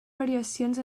variacions